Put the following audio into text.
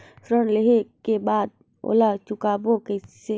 ऋण लेहें के बाद ओला चुकाबो किसे?